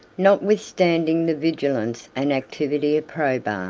notwithstanding the vigilance and activity of probus,